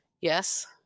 yes